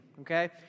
okay